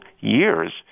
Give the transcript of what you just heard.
years